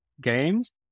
games